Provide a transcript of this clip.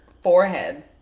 forehead